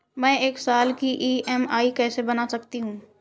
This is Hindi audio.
मैं एक साल की ई.एम.आई कैसे बना सकती हूँ?